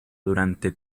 durante